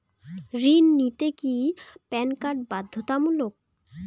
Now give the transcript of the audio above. ঋণ নিতে কি প্যান কার্ড বাধ্যতামূলক?